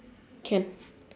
can